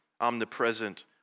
omnipresent